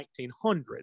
1900